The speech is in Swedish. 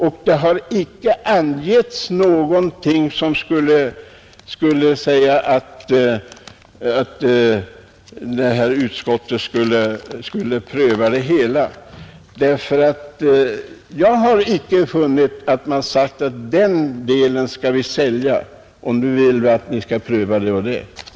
Och det har icke angetts någonting som skulle innebära att finansutskottet skulle pröva motionen, därför att jag har icke föreslagit att man skall sälja någon fastighet.